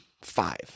five